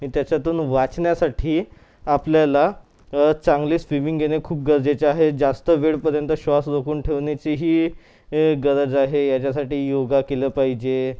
आणि त्याच्यातून वाचण्यासाठी आपल्याला चांगली स्विमींग येणे खूप गरजेचे आहे जास्त वेळपर्यंत श्वास रोखून ठेवण्याचीही गरज आहे याच्यासाठी योगा केलं पाहिजे